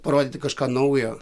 parodyti kažką naujo